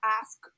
ask